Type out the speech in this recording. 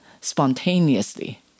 spontaneously